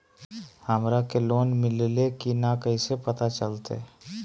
हमरा के लोन मिल्ले की न कैसे पता चलते?